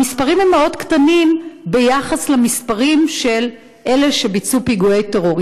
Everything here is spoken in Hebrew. המספרים מאוד קטנים ביחס למספרים של אלה שביצעו פיגועי טרור.